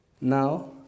Now